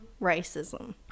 racism